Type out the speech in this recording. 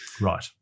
Right